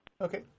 Okay